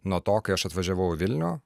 nuo to kai aš atvažiavau į vilnių